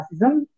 racism